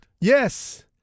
Yes